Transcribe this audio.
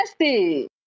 nasty